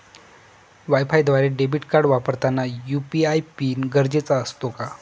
वायफायद्वारे debit card वापरताना UPI PIN गरजेचा असतो का?